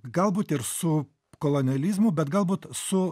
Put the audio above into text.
galbūt ir su kolonializmu bet galbūt su